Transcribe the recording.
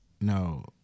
no